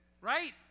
right